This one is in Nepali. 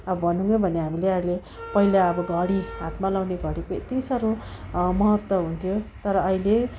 अब भनौँ नै भने हामीहरूले पहिला अब घडी हातमा लगाउने घडीको यत्ति साह्रो महत्त्व हुन्थ्यो तर अहिले